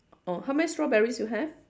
oh how many strawberries you have